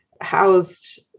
housed